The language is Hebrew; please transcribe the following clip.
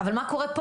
אבל מה קורה פה,